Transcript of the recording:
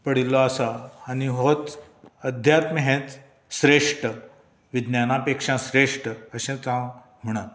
पडिल्लो आसा आनी होच अध्यात्म हेंच श्रेश्ठ विज्ञाना पेक्षा श्रेश्ठ अशेंच हांव म्हणत